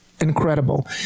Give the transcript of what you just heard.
incredible